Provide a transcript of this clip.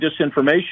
disinformation